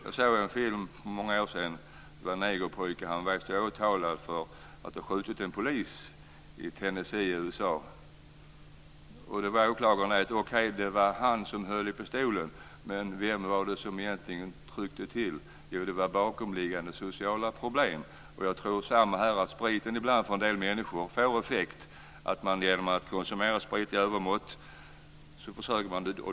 Jag såg för många år sedan en film där en negerpojke stod åtalad för att ha skjutit en polis i Tenessee, USA. Åklagaren sade där: Okej, det var han som höll i pistolen, men vad var det egentligen som tryckte till? Jo, det var bakomliggande sociala problem. Jag tror att det är samma sak här. En del människor försöker dölja problem genom att konsumera sprit i övermått.